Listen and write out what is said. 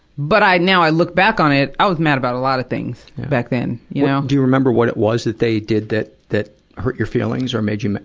but i, now i look back on it, i was mad about a lot of things back then, you know. do you remember what it was that they did that, that hurt your feelings or made you ma,